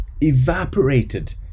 evaporated